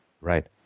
right